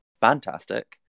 fantastic